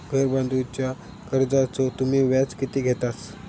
घर बांधूच्या कर्जाचो तुम्ही व्याज किती घेतास?